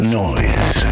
noise